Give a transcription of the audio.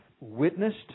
witnessed